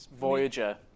Voyager